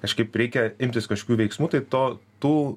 kažkaip reikia imtis kažkokių veiksmų tai to tų